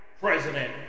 president